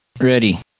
Ready